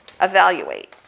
Evaluate